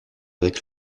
avec